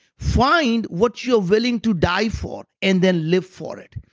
find what you are willing to die for and then live for it.